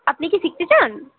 আপনি কি শিখতে চান